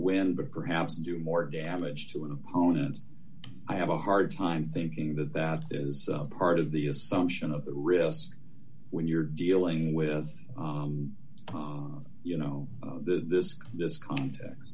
win but perhaps to do more damage to an opponent i have a hard time thinking that that is part of the assumption of risk when you're dealing with you know this this cont